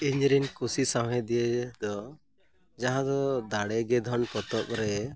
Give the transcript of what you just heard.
ᱤᱧᱨᱮᱱ ᱠᱩᱥᱤ ᱥᱟᱶᱦᱮᱫᱤᱭᱟᱹ ᱫᱚ ᱡᱟᱦᱟᱸ ᱫᱚ ᱫᱟᱲᱮᱜᱮ ᱫᱷᱚᱱ ᱯᱚᱛᱚᱵᱨᱮ